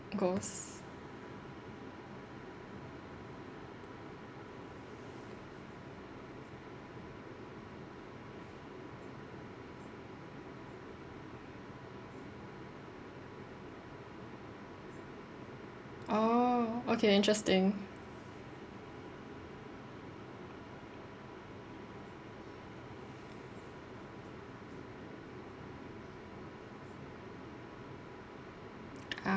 goes oh okay interesting